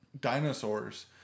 dinosaurs